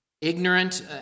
ignorant